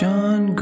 John